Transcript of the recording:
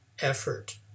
effort